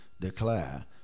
declare